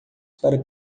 para